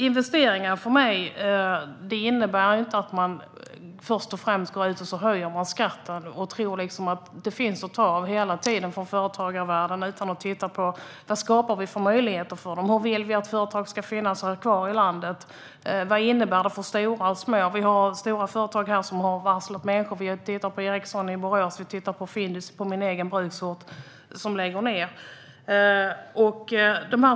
För mig innebär investeringar inte att man först och främst höjer skatten och tror att det hela tiden finns att ta av från företagarvärlden utan att titta på vilka möjligheter som skapas för företagen. Vill vi att företag ska finnas kvar i landet? Vad innebär det för stora och små företag? Det finns stora företag som har varslat människor. Ericsson i Borås och Findus i min egen bruksort lägger nu ned sin verksamhet.